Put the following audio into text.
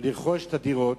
לרכוש את הדירות.